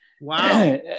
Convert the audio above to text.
Wow